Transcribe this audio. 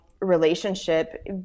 relationship